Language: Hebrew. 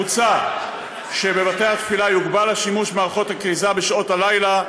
מוצע שבבתי-התפילה יוגבל השימוש במערכות הכריזה בשעות הלילה,